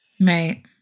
Right